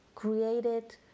created